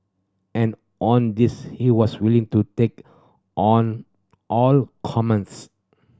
and on this he was willing to take on all comers